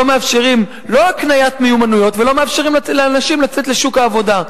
לא מאפשרים הקניית מיומנויות ולא מאפשרים לאנשים לצאת לשוק העבודה.